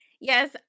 Yes